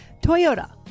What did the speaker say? toyota